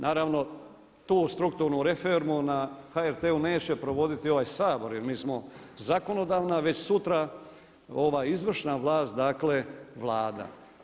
Naravno tu strukturnu reformu na HRT-u neće provoditi ovaj Sabor jer mi smo zakonodavna već sutra izvršna vlast, dakle Vlada.